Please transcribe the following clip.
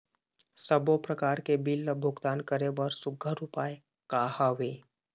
सबों प्रकार के बिल ला भुगतान करे बर सुघ्घर उपाय का हा वे?